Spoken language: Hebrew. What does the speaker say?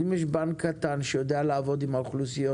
אז אם יש בנק קטן שיודע לעבוד עם האוכלוסיות